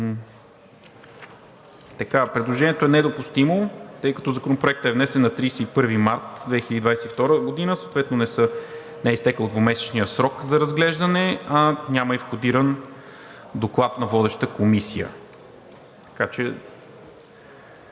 Предложението е недопустимо, тъй като Законопроектът е внесен на 31 март 2021 г., съответно не е изтекъл двумесечният срок за разглеждане, няма и входиран доклад на водеща комисия.